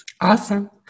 Awesome